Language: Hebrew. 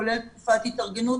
כולל תקופת התארגנות,